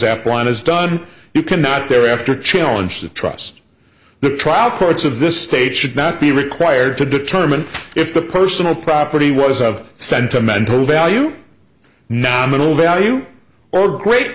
outlined is done you cannot thereafter challenge the trust the trial courts of this state should not be required to determine if the personal property was of sentimental value nominal value or great